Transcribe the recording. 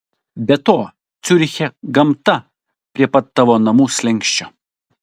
be to ciuriche gamta prie pat tavo namų slenksčio